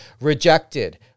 rejected